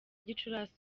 gicurasi